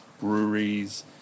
breweries